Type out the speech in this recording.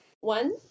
One